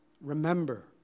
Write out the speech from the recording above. remember